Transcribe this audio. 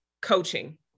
coaching